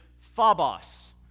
phobos